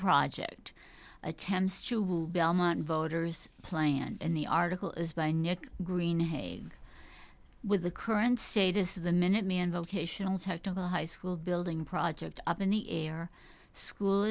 project attempts to belmont voters playing in the article is by new green haven with the current status of the minuteman vocational technical high school building project up in the air school